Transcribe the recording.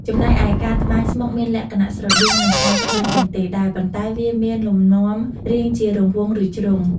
ចំណែកឯការត្បាញស្មុកមានលក្ខណៈស្រដៀងនឹងការត្បាញកន្ទេលដែរ ប៉ុន្តែវាមានលំនាំរាងជារង្វង់ ឬជ្រុង។